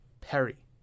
Perry